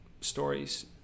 stories